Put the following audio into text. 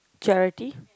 charity